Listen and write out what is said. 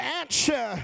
answer